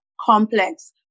complex